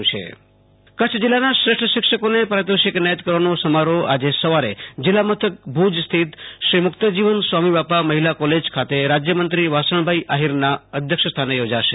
આશુતોષ અંતાણી શ્રેષ્ઠ શિક્ષક એવોર્ડઃક ચ્છઃ કચ્છ જિલ્લાના શ્રેષ્ઠ શિક્ષકોને પારિતોષિક એનાયત કરવાનો સમારોહ આજે સવારે જિલ્લામથક ભુજ સ્થિત શ્રી મુક્તજીવન સ્વામીબાપા મહિલા કોલેજ ખાતે રાજ્યમંત્રી વાસણભાઈ આહિરના અધ્યક્ષસ્થાને યોજાશે